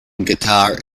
guitar